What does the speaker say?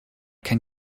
can